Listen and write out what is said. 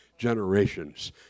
Generations